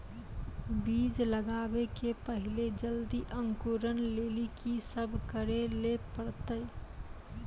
बीज लगावे के पहिले जल्दी अंकुरण लेली की सब करे ले परतै?